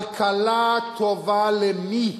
כלכלה טובה למי?